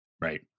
Right